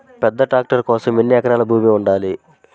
పెద్ద ట్రాక్టర్ కోసం ఎన్ని ఎకరాల భూమి ఉండాలి?